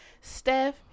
Steph